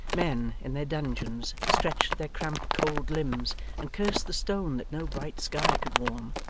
men in their dungeons stretched their cramp cold limbs and cursed the stone that no bright sky could warm.